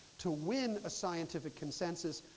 to win a scientific consensus.